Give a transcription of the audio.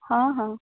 ହଁ ହଁ